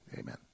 Amen